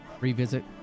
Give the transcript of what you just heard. revisit